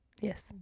Yes